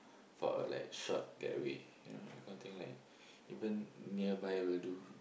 for like short getaway you know that kind of thing like even nearby will do